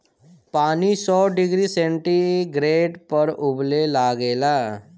पानी सौ degree centigrade पर उबले लागेला